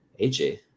AJ